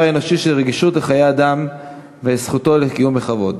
האנושי של רגישות לחיי אדם ולזכותו לקיום בכבוד.